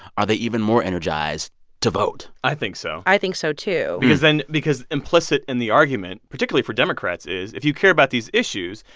are they even more energized to vote? i think so. i think so, too. because then because implicit in the argument, particularly for democrats, is if you care about these issues,